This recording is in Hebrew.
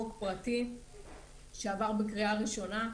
חוק פרטי שעבר בקריאה ראשונה.